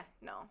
no